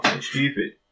Stupid